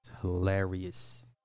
hilarious